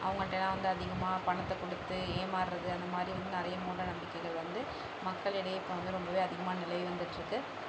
அவங்கிட்டயெல்லா வந்து அதிகமாக பணத்தை கொடுத்து ஏமார்றது அந்த மாதிரி இன்னும் நிறைய மூடநம்பிக்கைகள் வந்து மக்களிடையே இப்போ வந்து ரொம்பவே அதிகமாக நிலவி வந்துட்டுருக்கு